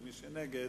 מי שנגד,